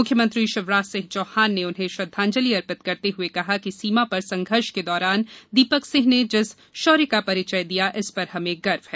मुख्यमंत्री शिवराज सिंह चौहान ने उन्हें श्रद्वांजलि अर्पित करते हुए कहा कि सीमा पर संघर्ष के दौरान दीपक सिंह ने जिस शौर्य का परिचय दिया इस पर हमें गर्व है